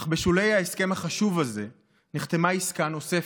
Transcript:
אך בשולי ההסכם החשוב הזה נחתמה עסקה נוספת,